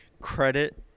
credit